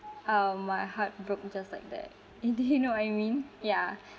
um my heart broke just like that you do you know what I mean yeah